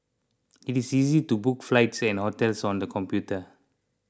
it is easy to book flights and hotels on the computer